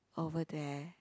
over there